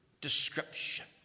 description